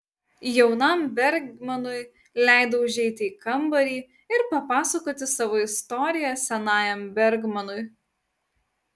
jaunam bergmanui leidau užeiti į kambarį ir papasakoti savo istoriją senajam bergmanui